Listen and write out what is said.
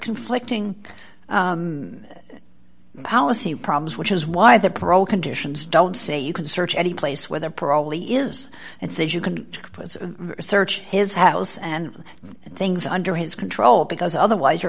conflicting policy problems which is why the parole conditions don't say you can search anyplace where there probably is and says you can search his house and things under his control because otherwise you're